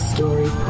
Story